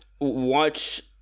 watch